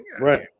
right